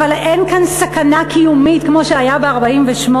אבל אין כאן סכנה קיומית כמו שהייתה ב-1948,